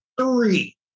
Three